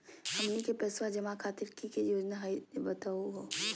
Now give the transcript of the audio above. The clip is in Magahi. हमनी के पैसवा जमा खातीर की की योजना हई बतहु हो?